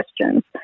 questions